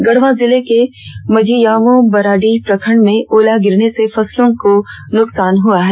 गढ़वा जिले के मझियाओ बरडीहा प्रखण्ड में ओला गिरने से फसलों का नुकसान हुआ है